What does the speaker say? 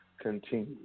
continue